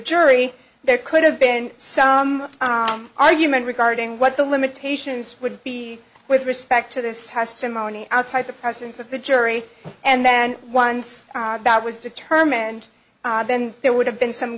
jury there could have been some argument regarding what the limitations would be with respect to this testimony outside the presence of the jury and then once that was determined then there would have been some